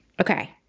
Okay